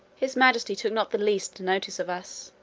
his majesty took not the least notice of us,